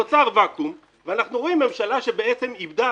נוצר ואקום ואנחנו רואים ממשלה שבעצם איבדה